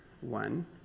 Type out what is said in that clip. one